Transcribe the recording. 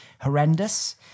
Horrendous